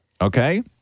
Okay